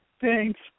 Thanks